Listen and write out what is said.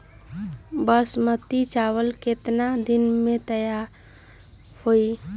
बासमती चावल केतना दिन में तयार होई?